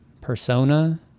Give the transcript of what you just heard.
persona